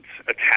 attacks